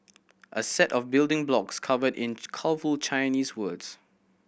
a set of building blocks covered in colourful Chinese words